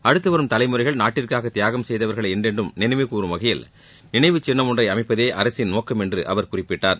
அடுத்து வரும் தலைமுறைகள் நாட்டிற்காக தியாகம் செய்தவர்களை என்றென்றும் நினைவுகூறும் வகையில் நினைவு சின்னம் ஒன்றை அமைப்பதே அரசின் நோக்கம் என்று அவர் குறிப்பிட்டார்